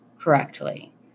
correctly